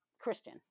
Christian